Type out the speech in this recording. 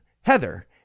Heather